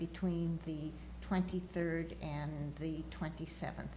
between the twenty third and the twenty seventh